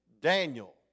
Daniel